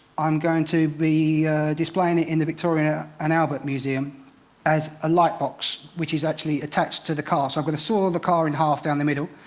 i'm going to be displaying it in the victoria and albert museum as a light box, which is actually attached to the car. so, i've got to saw the car in half, down the middle,